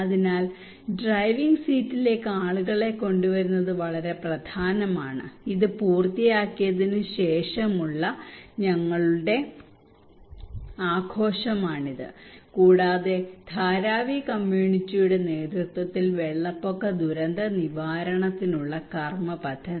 അതിനാൽ ഡ്രൈവിംഗ് സീറ്റിലേക്ക് ആളുകളെ കൊണ്ടുവരുന്നത് വളരെ പ്രധാനമാണ് ഇത് പൂർത്തിയാക്കിയതിന് ശേഷമുള്ള ഞങ്ങളുടെ ആഘോഷമാണിത് കൂടാതെ ധാരാവി കമ്മ്യൂണിറ്റിയുടെ നേതൃത്വത്തിൽ വെള്ളപ്പൊക്ക ദുരന്ത നിവാരണത്തിനുള്ള കർമ്മ പദ്ധതി